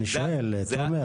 אני שואל, תומר.